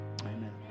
amen